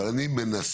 אבל אני מנסה,